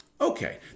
Okay